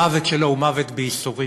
המוות שלו הוא מוות בייסורים.